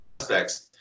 aspects